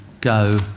go